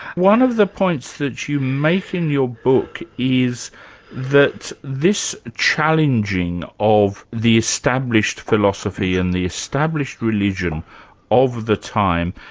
one of the points that you make in your book is that this challenging of the established philosophy and the established religion of the time,